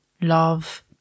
love